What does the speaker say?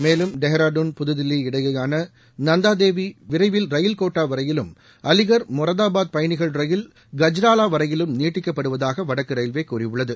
மேலும் டேராடூன் புதில்லி இடையேயான நந்தாதேவி விரைவில் ரயில் கோட்டா வரையிலும் அலிகர் மொராதாபாத் பயனிகள் ரயில் கஜ்ராவா வரையிலும் நீட்டிக்கப்படுவதாக வடக்கு ரயில்வே கூறியுள்ளது